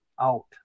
out